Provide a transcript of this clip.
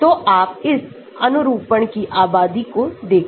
तो आप इस अनुरूपण की आबादी को देखें